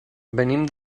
venim